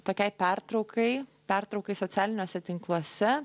tokiai pertraukai pertraukai socialiniuose tinkluose